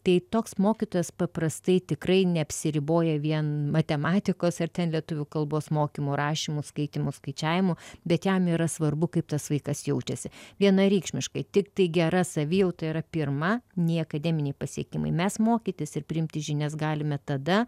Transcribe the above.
tai toks mokytojas paprastai tikrai neapsiriboja vien matematikos ar lietuvių kalbos mokymu rašymu skaitymu skaičiavimu bet jam yra svarbu kaip tas vaikas jaučiasi vienareikšmiškai tiktai gera savijauta yra pirma nei akademiniai pasiekimai mes mokytis ir priimti žinias galime tada